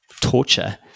torture